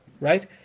right